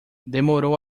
demorou